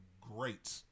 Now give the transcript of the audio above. great